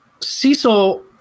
Cecil